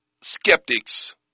skeptics